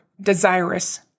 desirous